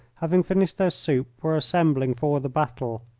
having finished their soup, were assembling for the battle.